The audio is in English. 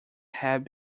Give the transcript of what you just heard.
have